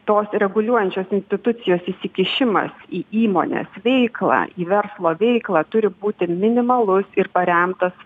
tos reguliuojančios institucijos įsikišimas į įmonės veiklą į verslo veiklą turi būti minimalus ir paremtas